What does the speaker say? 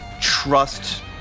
trust